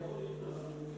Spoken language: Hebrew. שכביכול יש בו זיופים?